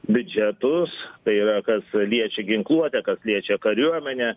biudžetus tai yra kas liečia ginkluotę kas liečia kariuomenę